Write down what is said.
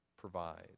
provides